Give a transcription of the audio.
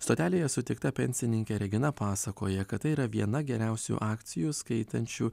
stotelėje sutikta pensininkė regina pasakoja kad tai yra viena geriausių akcijų skaitančių